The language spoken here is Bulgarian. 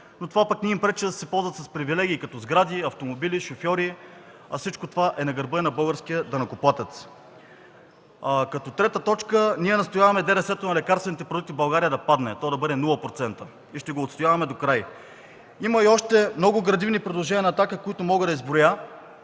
но това пък не им пречи да се ползват с привилегии, като сгради, автомобили, шофьори, а всичко това е на гърба на българския данъкоплатец. Като трета точка – ние настояваме ДДС-то на лекарствените продукти в България да падне, то да бъде нула процента и ще го отстояваме докрай. Има още много градивни предложения на „Атака”, които мога да изброя